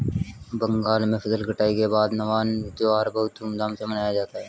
बंगाल में फसल कटाई के बाद नवान्न त्यौहार बहुत धूमधाम से मनाया जाता है